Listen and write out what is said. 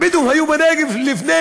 הביטו, הם היו בנגב לפני